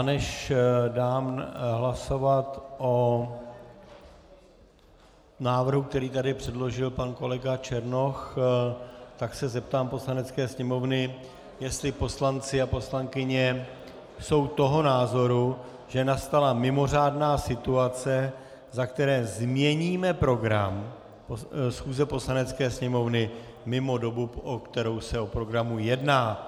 Než dám hlasovat o návrhu, který tady předložil pan kolega Černoch, zeptám se Poslanecké sněmovny, jestli poslanci a poslankyně jsou toho názoru, že nastala mimořádná situace, za které změníme program Poslanecké sněmovny mimo dobu, po kterou se o programu jedná.